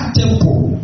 temple